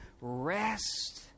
rest